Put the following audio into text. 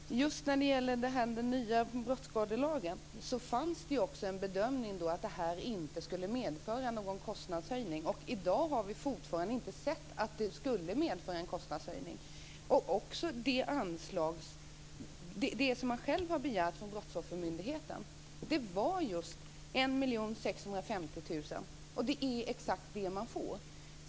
Herr talman! Just när det gäller den nya brottsskadelagen fanns det också en bedömning att detta inte skulle medföra någon kostnadshöjning. I dag har vi fortfarande inte sett att det skulle medföra en kostnadshöjning. Det anslag man själv har begärt från Brottsoffermyndigheten var också just 1 650 000 kronor, och det är exakt det man får.